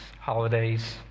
holidays